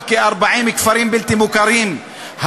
ועל עוד כ-40 כפרים בלתי מוכרים,